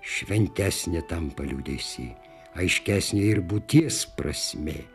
šventesnė tampa liūdesy aiškesnė ir būties prasmė